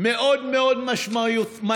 מאוד מאוד משמעותיות,